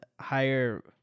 higher